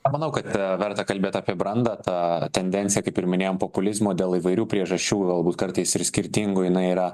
manau kad verta kalbėt apie brandą tą tendenciją kaip ir minėjom populizmo dėl įvairių priežasčių galbūt kartais ir skirtingų jinai yra